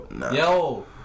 Yo